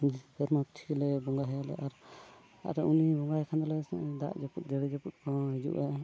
ᱠᱟᱹᱨᱤᱵᱟᱹᱪᱷᱤ ᱞᱮ ᱵᱚᱸᱜᱟᱭᱟ ᱟᱨ ᱟᱨ ᱩᱱᱤ ᱵᱚᱸᱜᱟ ᱟᱭ ᱠᱷᱟᱱ ᱫᱚᱞᱮ ᱫᱟᱜᱼᱡᱟᱹᱯᱩᱫ ᱡᱟᱹᱲᱤ ᱠᱚᱦᱚᱸ ᱦᱤᱡᱩᱜᱼᱟ